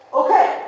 okay